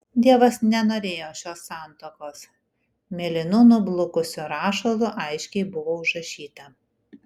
dievas nenorėjo šios santuokos mėlynu nublukusiu rašalu aiškiai buvo užrašyta